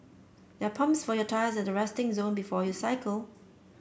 there are pumps for your tyres at the resting zone before you cycle